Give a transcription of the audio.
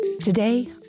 Today